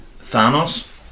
Thanos